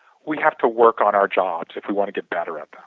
we have to work on our jobs if we want to get better at that.